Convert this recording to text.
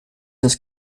das